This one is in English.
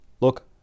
look